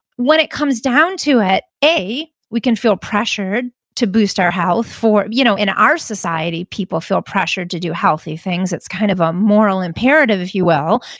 when it comes down to it, a, we can feel pressured to boost our health. you know in our society, people feel pressured to do healthy things. it's kind of a moral imperative, if you will.